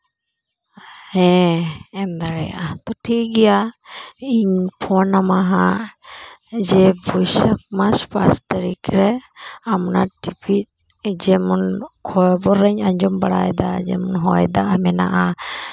ᱦᱮᱸ ᱮᱢ ᱫᱟᱲᱮᱭᱟᱜᱼᱟ ᱛᱚ ᱴᱷᱤᱠ ᱜᱮᱭᱟ ᱤᱧ ᱯᱷᱳᱱ ᱟᱢᱟ ᱦᱟᱸᱜ ᱡᱮ ᱵᱟᱹᱭᱥᱟᱹᱠᱷ ᱢᱟᱥ ᱯᱟᱸᱪ ᱛᱟᱹᱨᱤᱠᱷ ᱨᱮ ᱟᱢ ᱚᱱᱟ ᱴᱤᱯᱷᱤᱱ ᱡᱮᱢᱚᱱ ᱠᱷᱚᱵᱤᱧ ᱟᱸᱡᱚᱢ ᱵᱟᱲᱟᱭᱮᱫᱟ ᱡᱮᱢᱚᱱ ᱦᱚᱭ ᱫᱟᱜ ᱢᱮᱱᱟᱜᱼᱟ